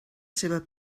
seva